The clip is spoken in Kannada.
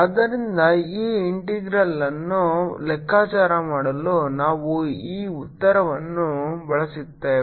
ಆದ್ದರಿಂದ ಈ ಇಂಟೆಗ್ರಲ್ವನ್ನು ಲೆಕ್ಕಾಚಾರ ಮಾಡಲು ನಾವು ಈ ಉತ್ತರವನ್ನು ಬಳಸುತ್ತೇವೆ